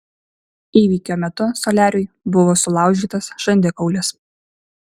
įvykio metu soliariui buvo sulaužytas žandikaulis